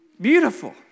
Beautiful